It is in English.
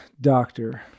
doctor